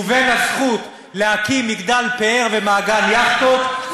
ובין הזכות להקים מגדל פאר ומעגן יאכטות,